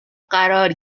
قرار